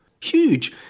huge